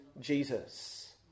Jesus